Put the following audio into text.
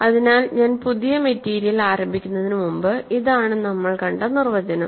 അതിനാൽ ഞാൻ പുതിയ മെറ്റീരിയൽ ആരംഭിക്കുന്നതിന് മുമ്പ് ഇതാണ് നമ്മൾ കണ്ട നിർവചനം